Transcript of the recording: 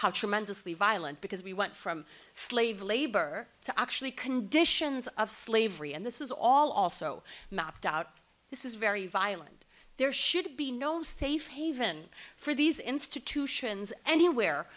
how tremendously violent because we went from slave labor to actually conditions of slavery and this is all also mapped out this is very violent there should be no safe haven for these institutions anywhere